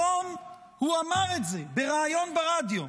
היום הוא אמר את זה בריאיון ברדיו.